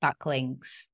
backlinks